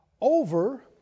over